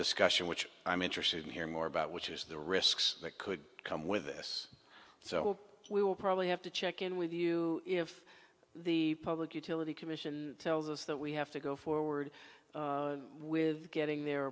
discussion which i'm interested in hearing more about which is the risks that could come with this so we will probably have to check in with you if the public utility commission tells us that we have to go forward with getting their